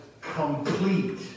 complete